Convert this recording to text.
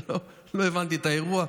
לא הבנתי את האירוע.